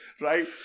right